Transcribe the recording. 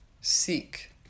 Seek